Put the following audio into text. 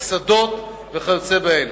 לקסדות וכיוצא באלה.